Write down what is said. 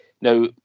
Now